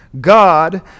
God